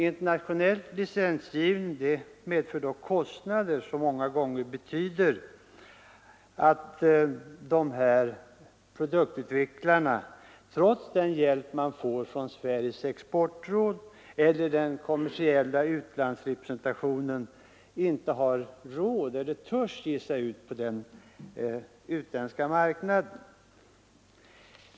Internationell licensgivning medför dock kostnader som många gånger betyder att de här produktutvecklarna, trots den hjälp de får från Sveriges exportråd eller den kommersiella utlandsrepresentationen, inte har råd eller inte törs ge sig ut på den utländska marknaden.